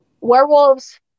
werewolves